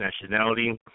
nationality